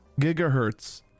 gigahertz